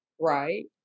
Right